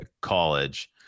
college